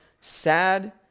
sad